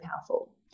powerful